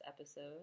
episode